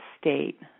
state